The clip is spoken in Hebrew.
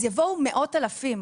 אז יבואו מאות אלפים.